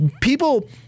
people